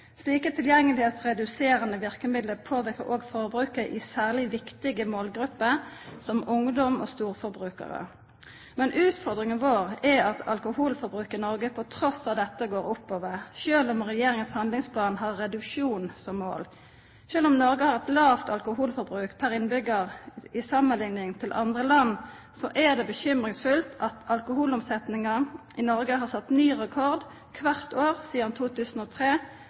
verkemiddel påverkar òg forbruket i særleg viktige målgrupper, som ungdom og storforbrukarar. Men utfordringa vår er at alkoholforbruket i Noreg, trass i dette, går opp, sjølv om regjeringa sin handlingsplan har reduksjon som mål. Sjølv om Noreg har hatt eit lågt alkoholforbruk per innbyggjar samanlikna med andre land, er det bekymringsfullt at alkoholomsetninga i Noreg har sett ny rekord kvart år sidan 2003,